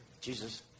Jesus